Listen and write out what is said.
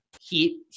heat